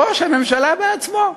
ראש הממשלה בעצמו.